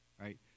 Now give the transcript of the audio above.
right